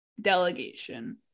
delegation